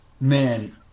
Man